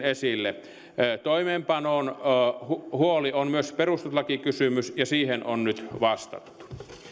esille toimeenpanon huoli on myös perustuslakikysymys ja siihen on nyt vastattu